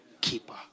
keeper